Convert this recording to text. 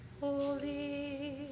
Holy